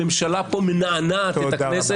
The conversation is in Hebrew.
הממשלה פה מנענעת את הכנסת,